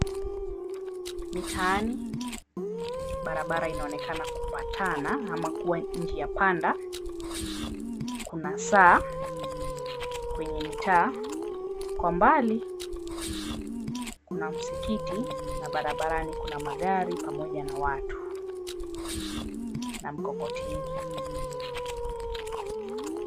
Mitaani barabara inaonekana kupatana ama kuwa njia panda kuna saa kwenye mitaa kwa mbali kuna msikiti na barabarani kuna magari pamoja na watu na mkokoteni.